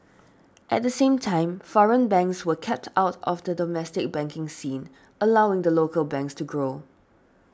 at the same time foreign banks were kept out of the domestic banking scene allowing the local banks to grow